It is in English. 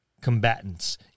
combatants